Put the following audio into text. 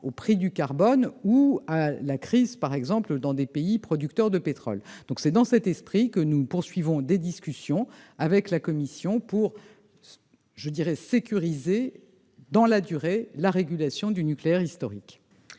au prix du carbone ou encore aux crises que connaissent les pays producteurs de pétrole. C'est dans cet esprit que nous poursuivons nos discussions avec la Commission, pour sécuriser dans la durée la régulation du nucléaire historique.